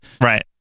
Right